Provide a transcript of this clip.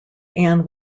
ann